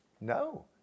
No